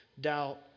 doubt